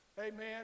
Amen